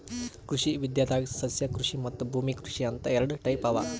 ಕೃಷಿ ವಿದ್ಯೆದಾಗ್ ಸಸ್ಯಕೃಷಿ ಮತ್ತ್ ಭೂಮಿ ಕೃಷಿ ಅಂತ್ ಎರಡ ಟೈಪ್ ಅವಾ